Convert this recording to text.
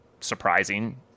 surprising